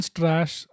trash